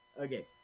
Okay